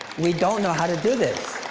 we don't know how to do this.